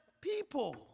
people